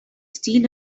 steel